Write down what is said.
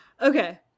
okay